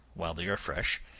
while they are fresh,